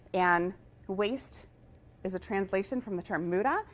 and waste is a translation from the term muda,